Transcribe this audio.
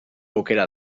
aukera